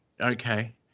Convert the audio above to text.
okay